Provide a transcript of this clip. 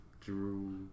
Drew